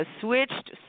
Switched